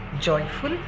joyful